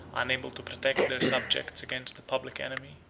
unable to protect their subjects against the public enemy,